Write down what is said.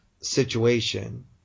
situation